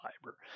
fiber